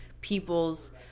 people's